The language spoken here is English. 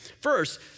First